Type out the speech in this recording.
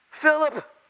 Philip